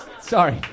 sorry